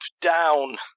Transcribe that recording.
down